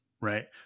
Right